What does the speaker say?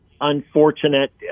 unfortunate